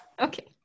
Okay